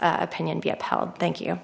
opinion be upheld thank you